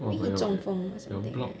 !wah! but your block